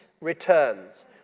returns